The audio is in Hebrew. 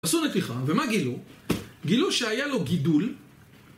עשו נתיח, ומה גילו? גילו שהיה לו גידול